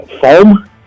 Foam